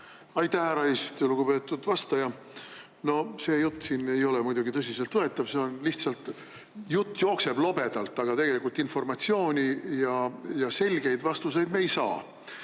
eesistuja! Lugupeetud vastaja! No see jutt siin ei ole muidugi tõsiselt võetav. Lihtsalt jutt jookseb lobedalt, aga tegelikult informatsiooni ja selgeid vastuseid me ei saa.